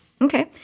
Okay